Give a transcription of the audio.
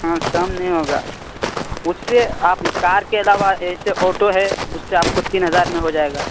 ہاں کم نہیں ہوگا مجھ سے آپ کار کے علاوہ جیسے آٹو ہے اس سے آپ کو تین ہزار میں ہو جائے گا